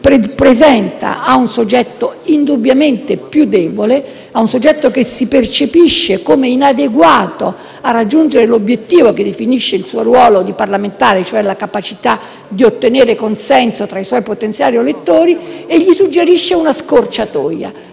che si presenta a un soggetto indubbiamente più debole e che si percepisce come inadeguato a raggiungere l'obiettivo che definisce il suo ruolo di parlamentare, e cioè la capacità di ottenere consenso tra i suoi potenziali elettori. Il soggetto pericoloso gli suggerisce una scorciatoia: